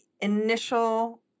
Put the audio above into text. initial